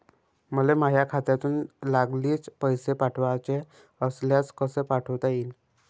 मले माह्या खात्यातून लागलीच पैसे पाठवाचे असल्यास कसे पाठोता यीन?